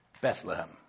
Bethlehem